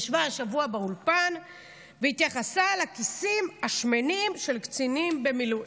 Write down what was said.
ישבה השבוע באולפן והתייחסה לכיסים השמנים של קצינים במילואים.